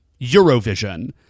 Eurovision